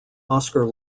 oscar